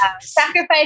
sacrifice